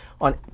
On